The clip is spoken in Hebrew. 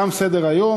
תם סדר-היום.